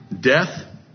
Death